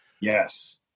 Yes